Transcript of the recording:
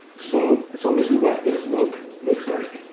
so, so this is what this work looks like.